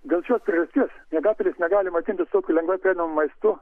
dėl šios priežasties miegapelės negali maitintis tokiu lengvai prieinamu maistu